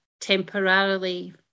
temporarily